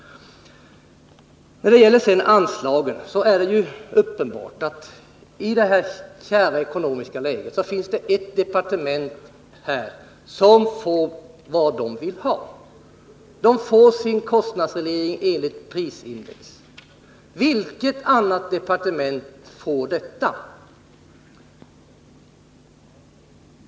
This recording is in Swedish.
När det gäller anslagen finns det, trots det kärva ekonomiska läget, ett departement som får vad det vill ha. Man får sina kostnader reglerade enligt prisindex. Vilket annat departement får det?